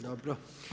Dobro.